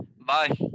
Bye